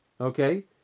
Okay